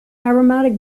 aromatic